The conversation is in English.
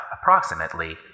approximately